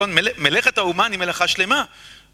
מלאכת האומן היא מלאכה שלמה